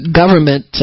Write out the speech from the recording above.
government